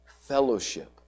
Fellowship